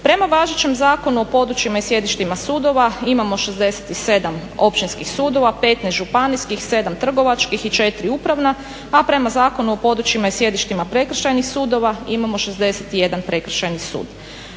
Prema važećem Zakonu o područjima i sjedištima sudova, imamo 67 općinskih sudova, 15 županijskih, 7 trgovačkih i 4 upravna a prema Zakonu o područjima i sjedištima prekršajnih sudova imamo 61 prekršajni sud.